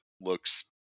looks